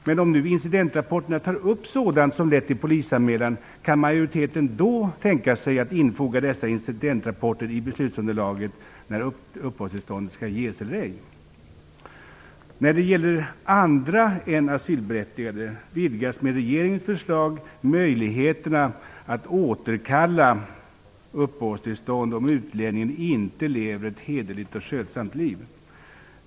Men om incidentrapporterna tar upp sådant som lett till polisanmälan, kan majoriteten då tänka sig att infoga dessa incidentrapporter i beslutsunderlaget när uppehållstillstånd skall ges eller ej? När det gäller andra än asylberättigade vidgas med regeringens förslag möjligheterna att återkalla uppehållstillstånd om utlänningen inte lever ett hederligt och skötsamt liv.